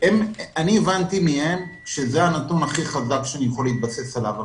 אני הבנתי ממנה שזה הנתון הכי חזק שאני יכול להתבסס עליו.